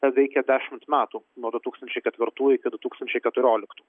veikė dešimt metų nuo du tūkstančiai ketvirtųjų iki du tūkstančiai keturioliktų